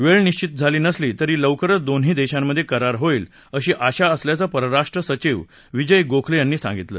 वेळ निश्वित झाली नसली तरी लवकरच दोन्ही देशांमधे करार होईल अशी आशा असल्याचं परराष्ट्र सचीव विजय गोखले यांनी सांगितलं